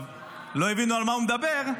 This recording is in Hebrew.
לא הבינו על מה הוא מדבר,